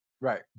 Right